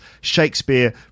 Shakespeare